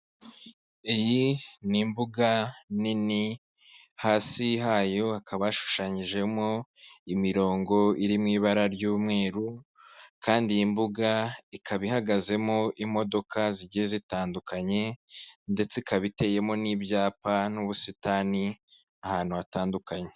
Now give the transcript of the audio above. Iyi ni imbuga nini hasi hayo hakaba hashushanyijemo imirongo iri mu ibara ry'umweru kandi iyi mbuga ikaba ihagazemo imodoka zigiye zitandukanye ndetse ikaba iteyemo n'ibyapa n'ubusitani ahantu hatandukanye.